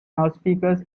loudspeakers